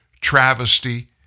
travesty